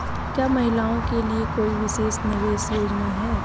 क्या महिलाओं के लिए कोई विशेष निवेश योजना है?